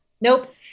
nope